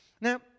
Now